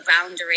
boundary